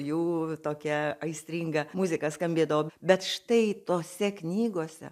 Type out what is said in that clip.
jų tokia aistringa muzika skambėdavo bet štai tose knygose